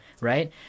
right